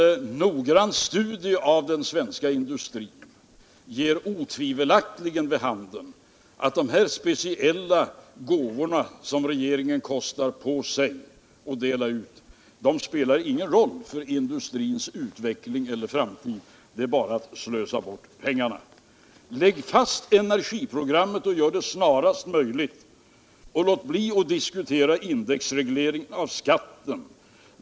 En noggrann studie av den svenska industrin ger otvivelaktigt vid handen att de här speciella gåvorna som regeringen kostat på sig att dela ut inte spelar någon roll för industrins utveckling eller framtid. Det är bara att slösa bort pengarna. Lägg fast energiprogrammet och gör det snarast möjligt. Och låt bli att diskutera indexreglering av skatten.